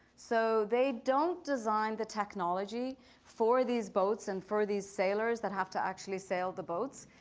so they don't design the technology for these boats and for these sailors that have to actually sail the boats,